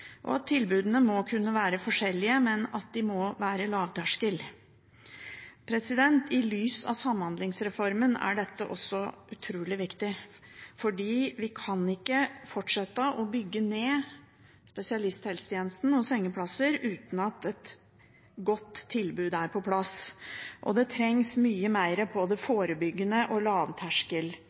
og strenge inntakskrav. Tilbudene må kunne være forskjellige, men de må være lavterskel. I lys av samhandlingsreformen er dette utrolig viktig, for vi kan ikke fortsette å bygge ned spesialisthelsetjenesten og antallet sengeplasser uten at et godt tilbud er på plass. Det trengs mye mer på det forebyggende og